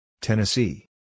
Tennessee